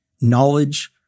knowledge